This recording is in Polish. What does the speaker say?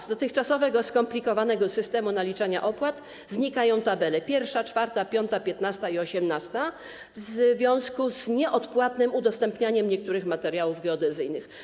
Z dotychczasowego skomplikowanego systemu naliczania opłat znikają tabele nr 1, 4, 5, 15 i 18 w związku z nieodpłatnym udostępnianiem niektórych materiałów geodezyjnych.